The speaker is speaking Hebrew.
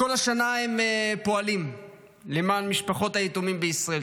כל השנה הם פועלים למען משפחות היתומים בישראל.